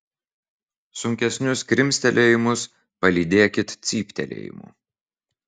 sunkesnius krimstelėjimus palydėkit cyptelėjimu